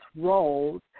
roles